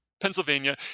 Pennsylvania